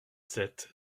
sept